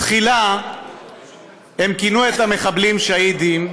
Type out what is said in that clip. תחילה הם כינו את המחבלים שהידים,